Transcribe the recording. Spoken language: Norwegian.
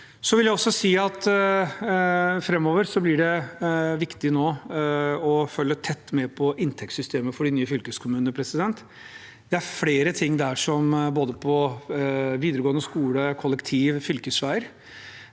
Framover blir det viktig å følge godt med på inntektssystemet for de nye fylkeskommunene. Det er flere ting som gjelder både videregående skole, kollektivtrafikk, fylkesveier